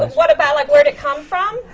ah what about, like, where'd it come from?